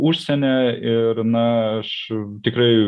užsieny ir na aš tikrai